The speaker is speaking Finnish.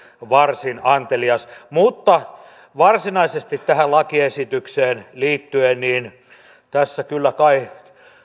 varsin antelias mutta varsinaisesti tähän lakiesitykseen liittyen tässä kyllä kai